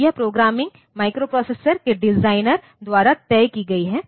तो यह programming microprocessor के डिजाइनर द्वारा तय की गई है